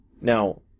Now